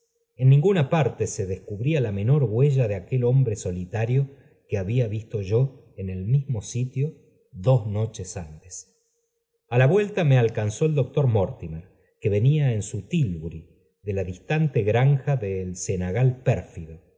en ninguna parte se descu bna la menor huella de aquel hombre solitario que había visto yo en el mismo sitio dos noches antes a la vuelta me alcanzó el doctor mortimer que venía en su tflburi de la distante granja de cenagal pérfido